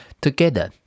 Together